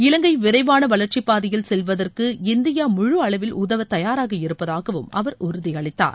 இலங்கை விரைவான வளர்ச்சி பாதையில் செல்வதற்கு இந்தியா முழு அளவில் உதவ தயாராக இருப்பதாகவும் அவர் உறுதியளித்தார்